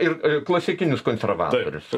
ir klasikinis konservatorius